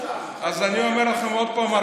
אז אני אומר לך עוד פעם,